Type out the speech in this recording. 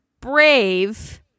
brave